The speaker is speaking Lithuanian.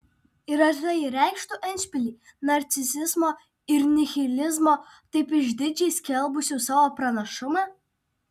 ir ar tai reikštų endšpilį narcisizmo ir nihilizmo taip išdidžiai skelbusių savo pranašumą